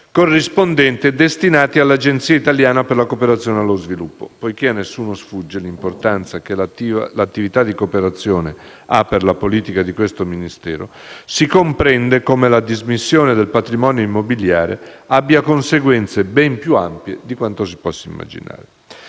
corrispondente destinati all'Agenzia italiana per la cooperazione allo sviluppo. Poiché a nessuno sfugge l'importanza che l'attività di cooperazione ha per la politica di questo Ministero, si comprende come la dismissione del patrimonio immobiliare abbia conseguenze ben più ampie di quanto si possa immaginare.